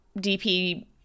DP